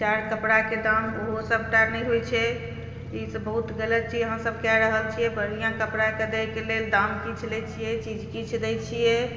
चारि कपड़ाके दाम ओहो सभटा नहि होइत छै ई तऽ बहुत गलत चीज अहाँसभ कए रहल छियै बढ़िआँ कपड़ाके दयके लेल दाम किछु लैत छियै चीज किछु दैत छियै